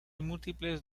múltiples